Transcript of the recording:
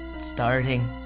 Starting